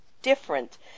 Different